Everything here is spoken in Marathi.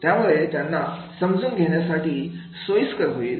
यामुळे त्यांना समजून घेण्यासाठी सोयीस्कर होईल